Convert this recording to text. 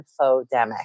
infodemic